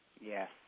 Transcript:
Yes